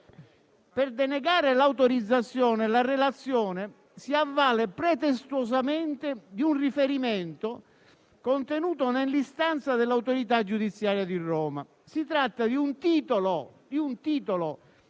Per denegare l'autorizzazione, la relazione si avvale pretestuosamente di un riferimento contenuto nell'istanza dell'autorità giudiziaria di Roma: si tratta di un titolo